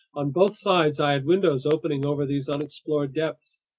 on both sides i had windows opening over these unexplored depths.